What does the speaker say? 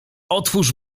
otwórz